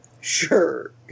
Sure